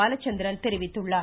பாலச்சந்திரன் தெரிவித்துள்ளார்